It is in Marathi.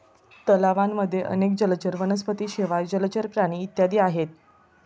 तलावांमध्ये अनेक जलचर वनस्पती, शेवाळ, जलचर प्राणी इत्यादी आहेत